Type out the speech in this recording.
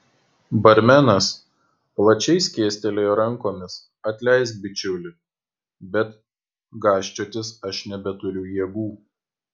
barmenas plačiai skėstelėjo rankomis atleisk bičiuli bet gąsčiotis aš nebeturiu jėgų